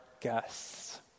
guests